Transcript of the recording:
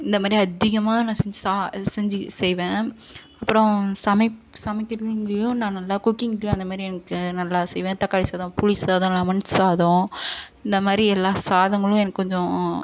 இந்தமாதிரி அதிகமாக நான் செஞ்சு சா செஞ்சு செய்வேன் அப்புறம் சமப் சமைக்கிறதுலயும் நான் நல்லா குக்கிங் அந்தமாதிரி எனக்கு நல்லா செய்வேன் தக்காளி சாதம் புளி சாதம் லெமன் சாதம் இந்தமாதிரி எல்லா சாதங்களும் எனக்கு கொஞ்சம்